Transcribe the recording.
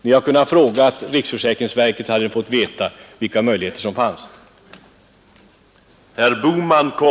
Ni hade kunnat frågat riksförsäkringsverket, så hade ni kunnat få veta hur omöjligt förslaget var.